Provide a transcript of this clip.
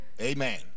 amen